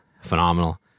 phenomenal